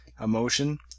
emotion